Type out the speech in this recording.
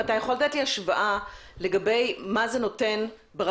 אם אתה יכול לתת לי השוואה לגבי מה זה נותן ברמה